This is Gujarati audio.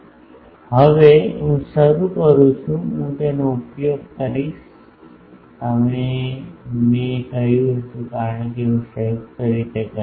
હવે હવે હું શરૂ કરું છું હું તેનો ઉપયોગ કરીશ તેમ મેં કહ્યું હતું કારણ કે હું સંયુક્ત રીતે કરીશ